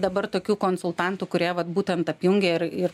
dabar tokių konsultantų kurie vat būtent apjungia ir ir